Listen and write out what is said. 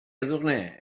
edurne